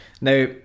Now